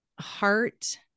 heart